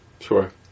Sure